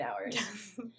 hours